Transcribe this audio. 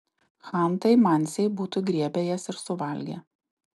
chantai mansiai būtų griebę jas ir suvalgę